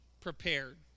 prepared